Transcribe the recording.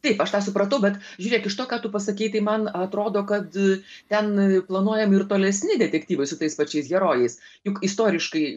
taip aš tą supratau bet žiūrėk iš to ką tu pasakei tai man atrodo kad ten planuojami ir tolesni detektyvai su tais pačiais herojais juk istoriškai